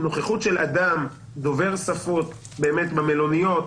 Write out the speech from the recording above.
הנוכחות של אדם דובר שפות במלוניות,